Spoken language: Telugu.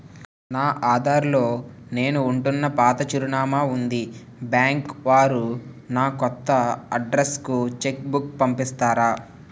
నా ఆధార్ లో నేను ఉంటున్న పాత చిరునామా వుంది బ్యాంకు వారు నా కొత్త అడ్రెస్ కు చెక్ బుక్ పంపిస్తారా?